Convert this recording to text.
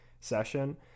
session